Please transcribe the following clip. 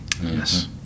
yes